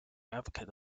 advocate